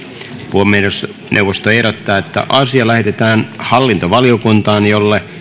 puhemiesneuvosto ehdottaa että asia lähetetään hallintovaliokuntaan jolle